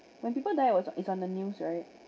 when people die it's on the news right